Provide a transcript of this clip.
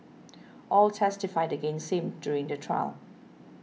all testified against him during the trial